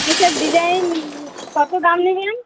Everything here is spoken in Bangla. আচ্ছা ডিজাইন কত দাম নেবেন